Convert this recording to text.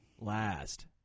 last